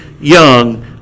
Young